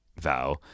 vow